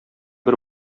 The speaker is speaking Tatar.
бер